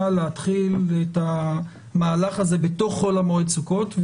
להתחיל את המהלך הזה בתוך חול המועד סוכות.